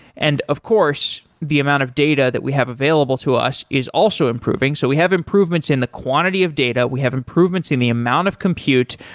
and of course, the amount of data that we have available to us is also improving. so we have improvements in the quantity of data, we have improvements in the amount of compute,